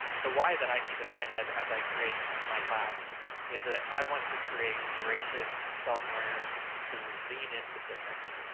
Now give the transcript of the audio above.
the why that i keep in my head as i create my class is that ah i want to create voracious self-learners who lean into difference,